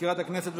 מזכירת הכנסת,